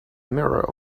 mirror